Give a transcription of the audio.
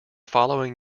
following